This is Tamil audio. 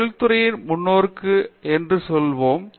தொழிற்துறையின் முன்னோக்கு என்று சொல்லுவோம்